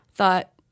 Thought